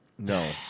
No